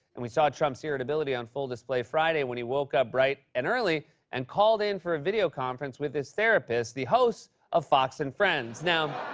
and we saw trump's irritability on full display friday, when he woke up bright and early and called in for a video conference with his therapist, the host of fox and friends. now,